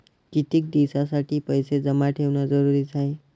कितीक दिसासाठी पैसे जमा ठेवणं जरुरीच हाय?